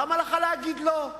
למה לך להגיד לא?